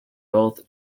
both